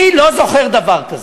אני לא זוכר דבר כזה.